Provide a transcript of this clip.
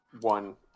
one